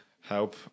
help